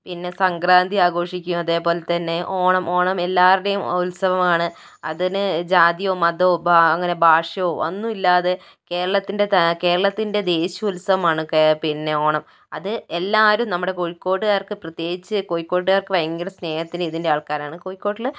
പിന്നെ സംക്രാന്തി ആഘോഷിക്കും അതേപോലെ തന്നെ ഓണം ഓണം എല്ലാവരുടെയും ഉത്സവമാണ് അതിനു ജാതിയോ മതമോ ഭാ അങ്ങനെ ഭാഷയോ ഒന്നുമില്ലാതെ കേരളത്തിന്റെ ത കേരളത്തിന്റെ ദേശിയ ഉത്സവമാണ് കേ പിന്നേ ഓണം അത് എല്ലാവരും നമ്മുടെ കോഴിക്കോടുക്കാര്ക്ക് പ്രത്യേകിച്ച് കോഴിക്കോട്ടുകാര്ക്ക് ഭയങ്കര സ്നേഹത്തിന്റെ ഇതിന്റെ ആള്ക്കാരാണ് കോഴിക്കോട്ടില്